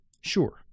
Sure